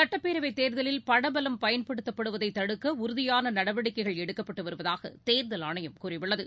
சட்டப்பேரவைதேர்தலில் பணபலம் பயன்படுத்தப்படுவதைதடுக்கஉறுதியானநடவடிக்கைகள் எடுக்கப்பட்டுவருவதாகதேர்தல் ஆணையம் கூறியுள்ளது